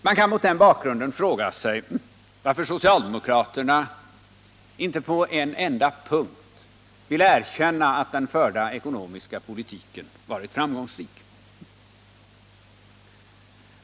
Man kan mot den här bakgrunden fråga sig varför socialdemokraterna inte på en enda punkt vill erkänna att den förda ekonomiska politiken har varit framgångsrik.